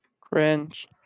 Cringe